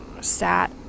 sat